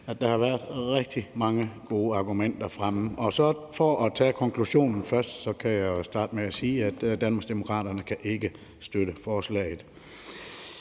at der har været rigtig mange gode argumenter fremme. For at tage konklusionen først kan jeg jo starte med at sige, at Danmarksdemokraterne ikke kan støtte forslaget.